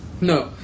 No